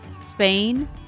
Spain